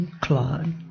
Claude